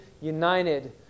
united